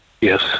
Yes